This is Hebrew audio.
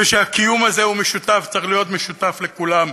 והקיום הזה הוא משותף, צריך להיות משותף לכולם,